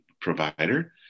provider